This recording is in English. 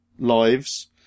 lives